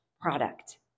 product